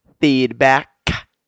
feedback